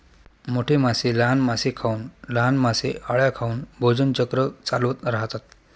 मोठे मासे लहान मासे खाऊन, लहान मासे अळ्या खाऊन भोजन चक्र चालवत राहतात